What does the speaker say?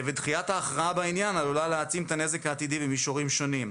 דחיית ההכרעה בעניין עלולה להעצים את הנזק העתידי במישורים שונים.